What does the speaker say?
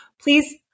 please